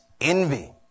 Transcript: envy